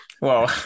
Wow